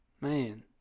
Man